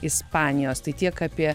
ispanijos tai tiek apie